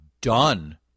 done